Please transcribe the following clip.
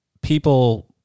people